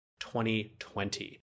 2020